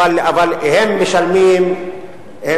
הם לא שותים חלב, לא אוכלים לחם.